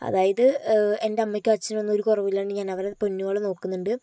അതായത് എൻ്റെ അമ്മയ്ക്കും അച്ഛനും ഒന്നും ഒരു കുറവും ഇല്ലാണ്ട് ഞാൻ അവരെ പൊന്നുപോലെ നോക്കുന്നുണ്ട്